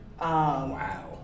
Wow